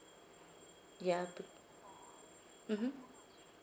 ya p~ mmhmm